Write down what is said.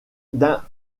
d’un